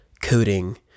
coding